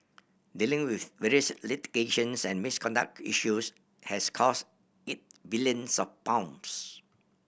dealing with various litigations and misconduct issues has cost it billions of pounds